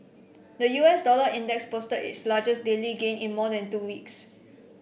the U S dollar index posted its largest daily gain in more than two weeks